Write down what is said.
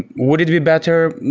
would it be better?